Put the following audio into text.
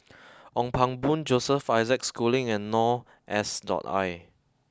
Ong Pang Boon Joseph Isaac Schooling and Noor S dot I